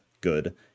good